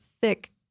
thick